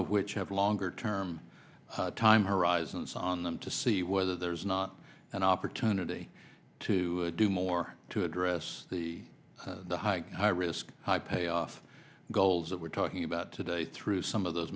of which have longer term time horizon it's on them to see whether there's not an opportunity to do more to address the high high risk high payoff goals that we're talking about today through some of those